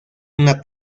una